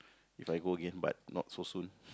If I go again but not so soon